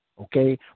okay